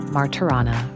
Martirana